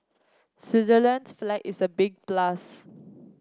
Switzerland's flag is a big plus